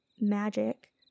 magic